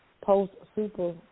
post-Super